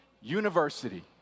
University